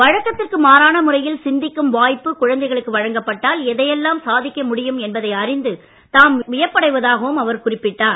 வழக்கத்திற்கு மாறான முறையில் சிந்திக்கும் வாய்ப்பு குழந்தைகளுக்கு வழங்கப்பட்டால் எதையெல்லாம் சாதிக்க முடியும் என்பதை அறிந்து தாம் வியப்படைவதாகவும் அவர் குறிப்பிட்டார்